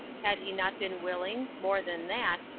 had he not been willing more than that,